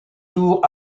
tours